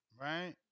right